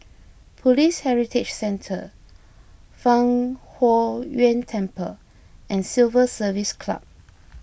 Police Heritage Centre Fang Huo Yuan Temple and Civil Service Club